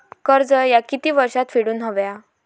कर्ज ह्या किती वर्षात फेडून हव्या?